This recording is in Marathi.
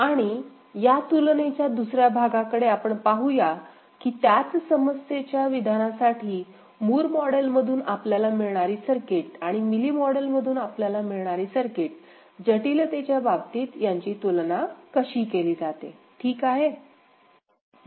आणि या तुलनेच्या दुसर्या भागाकडे आपण पाहूया की त्याच समस्ये च्या विधानासाठी मूर मॉडेलमधून आपल्याला मिळणारी सर्किट आणि मिली मॉडेलमधून आपल्याला मिळणारी सर्किट जटिलतेच्या बाबतीत यांची तुलना कशी केली जाते ठीक आहे